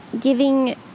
giving